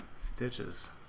Stitches